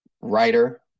writer